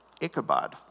Ichabod